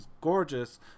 gorgeous